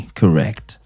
correct